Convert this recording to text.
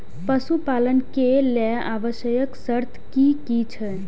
पशु पालन के लेल आवश्यक शर्त की की छै?